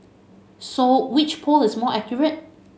so which poll is more accurate